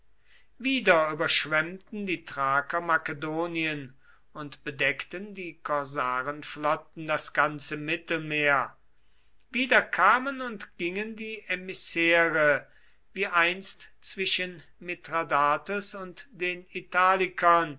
wieder überschwemmten die thraker makedonien und bedeckten die korsarenflotten das ganze mittelmeer wieder kamen und gingen die emissäre wie einst zwischen mithradates und den italikern